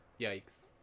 yikes